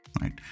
right